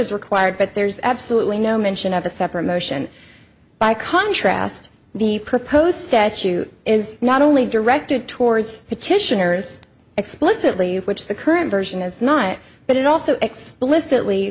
as required but there's absolutely no mention of a separate motion by contrast the proposed statute is not only directed towards petitioners explicitly which the current version is not but it also explicitly